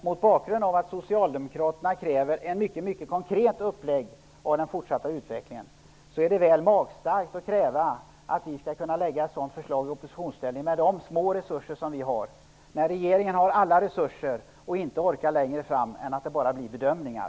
Mot bakgrund av att vi socialdemokrater kräver en mycket konkret uppläggning av den fortsatta utvecklingen är det väl magstarkt att kräva att vi i oppositionsställning, med de små resurser som vi har, skall kunna lägga fram ett sådant förslag. Regeringen har alla resurser men orkar ändå inte längre fram än till bedömningar.